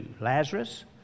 Lazarus